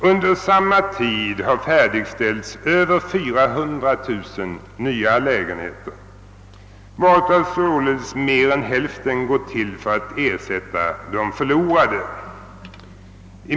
Under samma tid har färdigställts över 400 000 nya lägenheter, varav mer än hälften gått åt till att ersätta de förlorade.